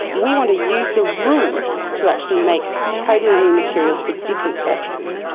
we want to use the rules to actually make totally new materials for different purposes.